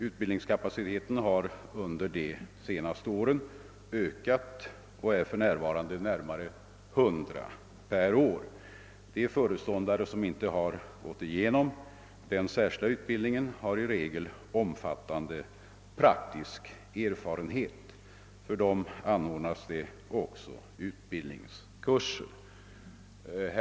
<Utbildningskapaciteten har under de senaste åren ökat och uppgår för närvarande till närmare 100 per år. De föreståndare som inte har genomgått den särskilda utbildningen har i regel en omfattande praktisk erfarenhet och för dem anordnas också utbildningskurser.